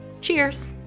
Cheers